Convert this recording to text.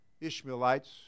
Ishmaelites